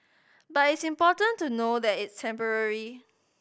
but it's important to know that it's temporary